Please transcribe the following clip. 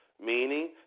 meaning